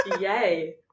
Yay